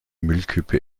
müllkippe